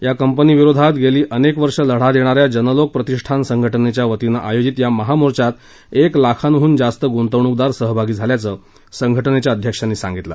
या कंपनीविरोधात गेली अनेक वर्ष लढा देणाऱ्या जनलोक प्रतिष्ठान संघटनेच्या वतीने आयोजित या महामोर्चात एक लाखांहून जास्त गुंतवणूकदार सहभागी झाल्याचं संघटनेच्या अध्यक्षांनी सांगितलं